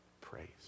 praise